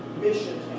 mission